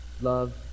Love